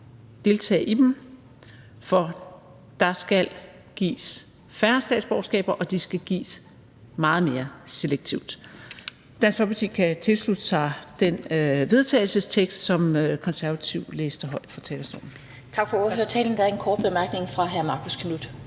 deltage i dem, for der skal gives færre statsborgerskaber, og de skal gives meget mere selektivt. Dansk Folkeparti kan tilslutte sig det forslag til vedtagelse, som Konservative læste højt fra talerstolen. Kl. 15:54 Den fg.